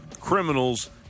criminals